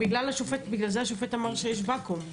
בגלל זה השופט אמר שיש ואקום.